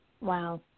Wow